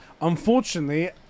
Unfortunately